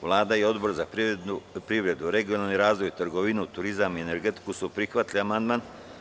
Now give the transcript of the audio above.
Vlada i Odbor za privredu, regionalni razvoj, trgovinu, turizam i energetiku su prihvatili amandman.